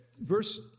verse